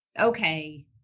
Okay